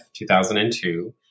2002